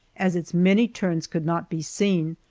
as its many turns could not be seen,